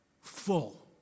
full